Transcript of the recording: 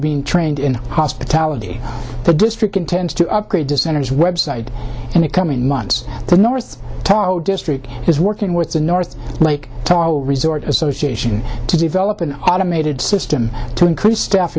being trained in hospitality the district intends to upgrade dissenters website and the coming months the north tower district is working with the north lake tahoe resort association to develop an automated system to increase staff